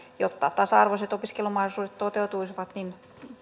jotta tasa arvoiset opiskelumahdollisuudet toteutuisivat niin